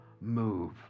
move